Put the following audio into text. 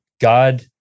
God